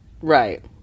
Right